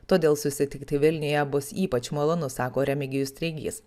todėl susitikti vilniuje bus ypač malonu sako remigijus treigys